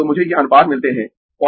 तो मुझे ये अनुपात मिलते है